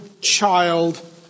child